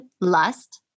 lust